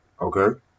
Okay